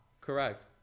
Correct